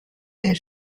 est